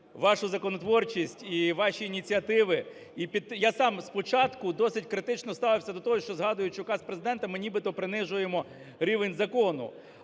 вашу законотворчість і ваші ініціативи, я сам спочатку досить критично ставився до того, що, згадуючи указ Президента, ми нібито принижуємо рівень закону.